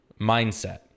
mindset